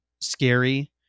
scary